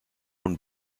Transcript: own